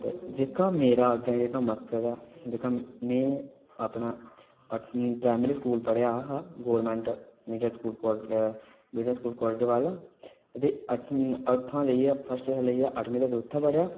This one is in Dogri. जेह्का मेरा जेह्ड़ा अग्गै मक्सद ऐ जेह्का में अपना अठमीं प्राईमरी स्कूल पढ़ेआ हा गोरमैंट मिडल स्कूल कोटलीवाला ते फर्स्ट थमां लेइयै अठमीं तगर उत्थै पढ़ेआ